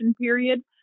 period